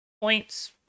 points